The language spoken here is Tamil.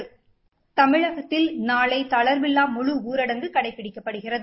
இதளிடையே தமிழகத்தில் நாளை தளர்வில்லா முழு ஊரடங்கு கடைபிடிக்கப்படுகிறது